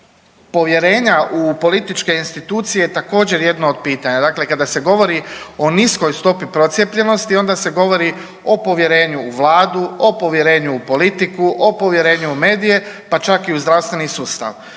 povjerenja u političke institucije je također, jedno od pitanja. Dakle kada se govori o niskoj stopi procijepljenosti, onda se govori o povjerenju u Vladu, o povjerenju u politiku, o povjerenju u medije, pa čak i u zdravstveni sustav.